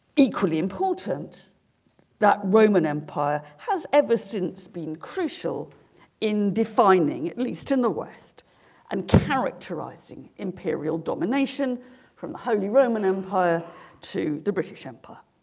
equally important that roman empire has ever since been crucial in defining at least in the west and characterizing imperial domination from the holy roman empire to the british empire